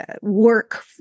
work